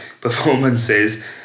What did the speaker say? performances